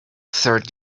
third